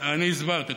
אני הסברתי.